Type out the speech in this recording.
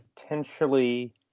potentially